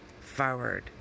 forward